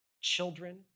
children